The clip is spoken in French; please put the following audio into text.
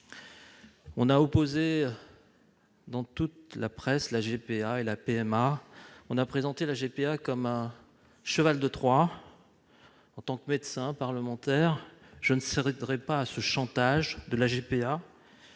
de la presse, on a opposé la GPA et la PMA. On a présenté la GPA comme un cheval de Troie. En tant que médecin et que parlementaire, je ne céderai pas à ce chantage de la GPA